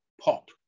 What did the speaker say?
pop